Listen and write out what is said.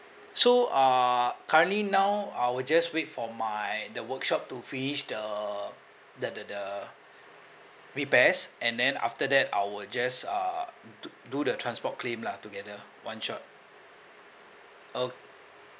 so err currently now I will just wait for my the workshop to finish the the the the repairs and then after that I will just uh do the transport claim lah together one shot ok~